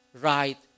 right